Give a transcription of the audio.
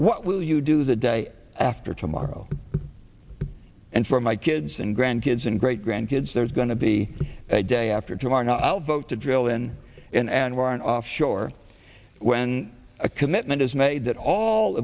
what will you do the day after tomorrow and for my kids and grandkids and great grandkids there's going to be a day after tomorrow i'll vote to drill in in anwar and offshore when a commitment is made that all